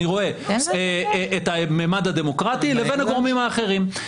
הוא רואה את הממד הדמוקרטי לבין הגורמים האחרים.